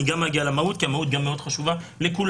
אני גם אגיע למהות כי המהות גם מאוד חשובה לכולנו,